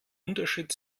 unterschied